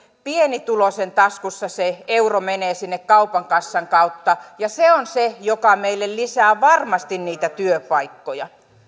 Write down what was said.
pienituloisen taskussa se euro menee sinne kaupan kassan kautta ja se on se joka meille lisää varmasti niitä työpaikkoja